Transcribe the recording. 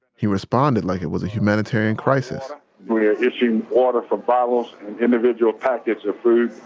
he responded like it was a humanitarian crisis we are issuing water from bottles and individual packets of food.